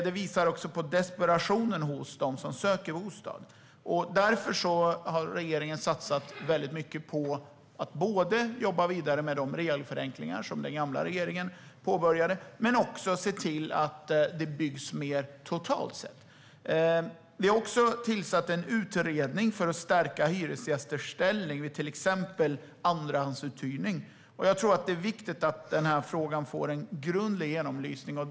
Det visar också på desperationen hos dem som söker bostad. Därför har regeringen satsat väldigt mycket på att jobba vidare med de regelförenklingar som den gamla regeringen påbörjade men också på att se till att det byggs mer totalt sett. Vi har också tillsatt en utredning för att stärka hyresgästers ställning vid till exempel andrahandsuthyrning. Jag tror att det är viktigt att den frågan får en grundlig genomlysning.